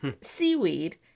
seaweed